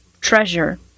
treasure